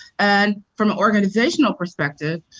and from an organizational perspective,